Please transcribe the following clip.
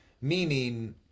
Meaning